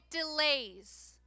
delays